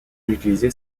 utilisé